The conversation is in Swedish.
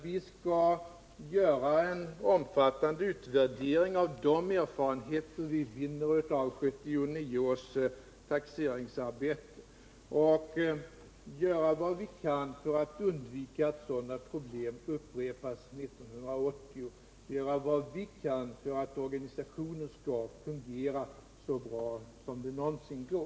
Vi skall göra en omfattande utvärdering av de erfarenheter av 1979 års taxeringsarbete vilka vi hinner få fram och göra vad vi kan för att undvika att sådana problem som där förelegat upprepas 1980 och för att organisationen skall fungera så bra som det någonsin går.